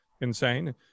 insane